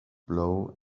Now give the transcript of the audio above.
blow